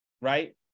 right